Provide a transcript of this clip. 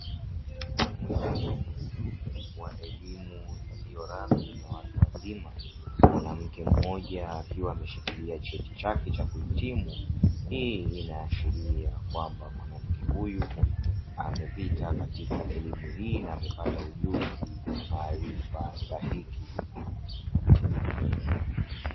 Muhitimu wa elimu isiyo rasmi ya watu wazima, mwanamke mmoja akiwa ameshikilia cheti chake cha kuhitimu, hii inaashiria kwamba mwanamke huyu amepita katika elimu hii na amepata ujuzi na maarifa stahiki.